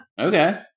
Okay